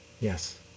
Yes